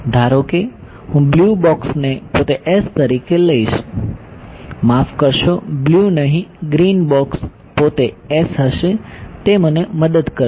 ધારો કે હું બ્લ્યુ બોક્સને પોતે S તરીકે લઈશ માફ કરશો બ્લ્યુ નહીં ગ્રીન બોક્સ પોતે S હશે તે મને મદદ કરશે